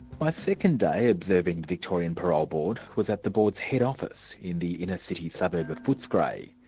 my second day observing the victorian parole board was at the board's head office in the inner city suburb of footscray.